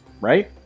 right